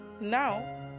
now